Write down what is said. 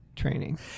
training